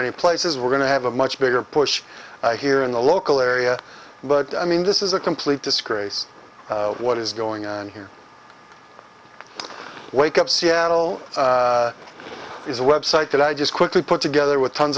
many places we're going to have a much bigger push here in the local area but i mean this is a complete disgrace what is going on here wake up seattle is a website that i just quickly put together with tons